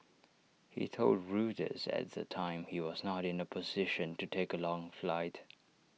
he told Reuters at the time he was not in A position to take A long flight